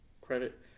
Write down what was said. credit